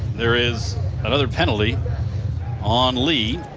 there is another penalty on lee.